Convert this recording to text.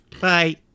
Bye